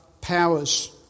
powers